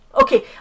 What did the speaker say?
Okay